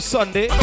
Sunday